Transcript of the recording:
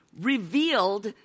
revealed